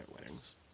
weddings